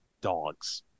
dogs